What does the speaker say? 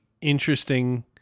interesting